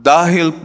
Dahil